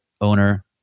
owner